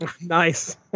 Nice